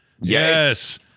Yes